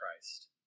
Christ